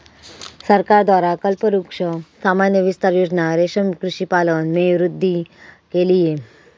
सरकार द्वारा कल्पवृक्ष सामान्य विस्तार योजना रेशम कृषि पालन में वृद्धि के लिए